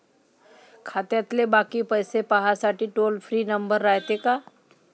खात्यातले बाकी पैसे पाहासाठी टोल फ्री नंबर रायते का?